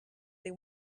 they